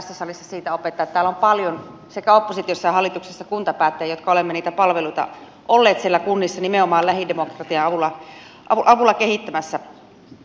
täällä on paljon sekä oppositiossa että hallituksessa kuntapäättäjiä jotka olemme niitä palveluita olleet siellä kunnissa nimenomaan lähidemokratian avulla kehittämässä